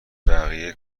بقیه